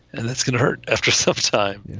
and that's going to hurt after some time.